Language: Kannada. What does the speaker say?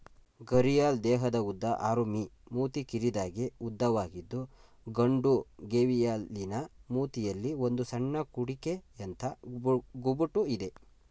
ಘರಿಯಾಲ್ ದೇಹದ ಉದ್ದ ಆರು ಮೀ ಮೂತಿ ಕಿರಿದಾಗಿ ಉದ್ದವಾಗಿದ್ದು ಗಂಡು ಗೇವಿಯಲಿನ ಮೂತಿಯಲ್ಲಿ ಒಂದು ಸಣ್ಣ ಕುಡಿಕೆಯಂಥ ಗುಬುಟು ಇದೆ